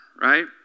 right